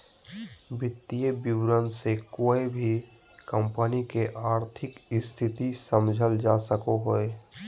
वित्तीय विवरण से कोय भी कम्पनी के आर्थिक स्थिति समझल जा सको हय